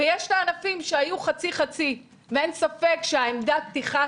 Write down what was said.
ויש את הענפים שהיו חצי חצי ואין ספק שעמדת הפתיחה